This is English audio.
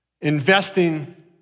investing